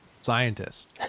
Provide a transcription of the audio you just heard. scientist